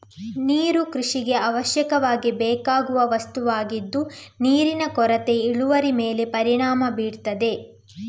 ನೀರು ಕೃಷಿಗೆ ಅವಶ್ಯಕವಾಗಿ ಬೇಕಾಗುವ ವಸ್ತುವಾಗಿದ್ದು ನೀರಿನ ಕೊರತೆ ಇಳುವರಿ ಮೇಲೆ ಪರಿಣಾಮ ಬೀರ್ತದೆ